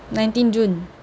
nineteen june